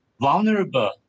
vulnerable